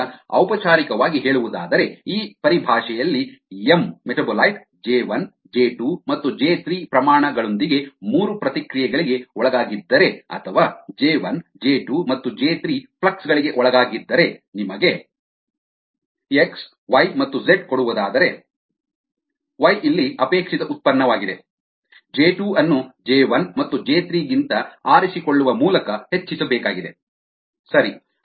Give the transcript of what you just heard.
ಆದ್ದರಿಂದ ಔಪಚಾರಿಕವಾಗಿ ಹೇಳುವುದಾದರೆ ಈ ಪರಿಭಾಷೆಯಲ್ಲಿ ಎಂ ಮೆಟಾಬೊಲೈಟ್ ಜೆ 1 ಜೆ 2 ಮತ್ತು ಜೆ 3 ಪ್ರಮಾಣ ಗಳೊಂದಿಗೆ ಮೂರು ಪ್ರತಿಕ್ರಿಯೆಗಳಿಗೆ ಒಳಗಾಗಿದ್ದರೆ ಅಥವಾ ಜೆ 1 ಜೆ 2 ಮತ್ತು ಜೆ 3 ಫ್ಲಕ್ಸ್ ಗಳಿಗೆ ಒಳಗಾಗಿದ್ದರೆ ನಿಮಗೆ ಎಕ್ಸ್ ವೈ ಮತ್ತು ಝೆಡ್ ಕೊಡುವುದಾದರೆ ವೈ ಇಲ್ಲಿ ಅಪೇಕ್ಷಿತ ಉತ್ಪನ್ನವಾಗಿದೆ ಜೆ 2 ಅನ್ನು ಜೆ 1 ಮತ್ತು ಜೆ 3 ಗಿಂತ ಆರಿಸಿಕೊಳ್ಳುವ ಮೂಲಕ ಹೆಚ್ಚಿಸಬೇಕಾಗಿದೆ ಸರಿ